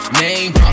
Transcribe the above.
name